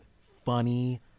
funny